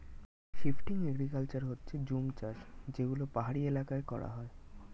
shifting agriculture হচ্ছে জুম চাষ যেগুলো পাহাড়ি এলাকায় করা হয়